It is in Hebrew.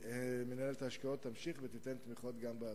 ומינהלת ההשקעות תמשיך לתת תמיכות גם בעתיד.